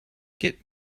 get